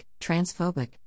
transphobic